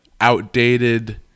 outdated